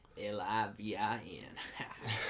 L-I-V-I-N